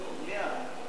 מליאה.